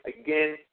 Again